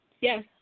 Yes